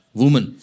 woman